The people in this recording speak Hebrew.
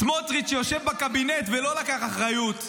סמוטריץ', שיושב בקבינט ולא לקח אחריות.